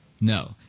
No